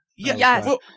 yes